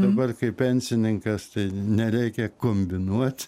dabar kaip pensininkas tai nereikia kombinuot